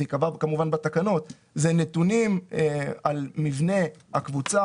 ייקבע כמובן בתקנות זה נתונים על מבנה הקבוצה.